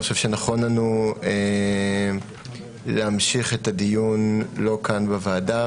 ואני חושב שנכון לנו להמשיך את הדיון לא כאן בוועדה,